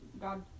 God